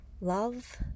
love